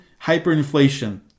Hyperinflation